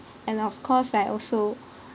and of course I also